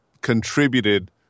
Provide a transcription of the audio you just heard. contributed